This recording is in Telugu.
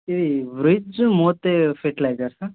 ఇది వ్రిజ్ మోర్తే ఫెర్టిలైజర్సా